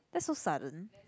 that's so sudden